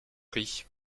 prix